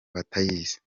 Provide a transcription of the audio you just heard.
batayizi